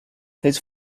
his